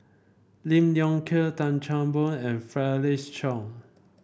Lim Leong Geok Tan Chan Boon and Felix Cheong